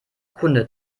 kunde